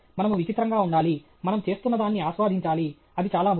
మనము విచిత్రంగా ఉండాలి మనం చేస్తున్నదాన్ని ఆస్వాదించాలి అది చాలా ముఖ్యం